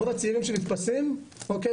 רוב הצעירים שנתפסים, אוקיי?